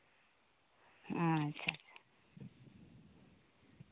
ᱟᱪᱪᱷᱟ